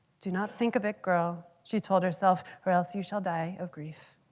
do not think of it, girl, she told herself, or else you shall die of grief.